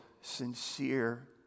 sincere